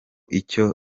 nicyo